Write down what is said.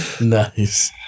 nice